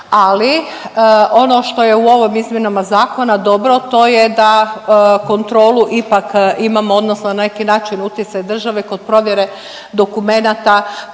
ali ono što je u ovom izmjenama zakona dobro to je da kontrolu ipak imamo odnosno na neki način utjecaj države kod provjere dokumenata